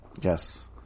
Yes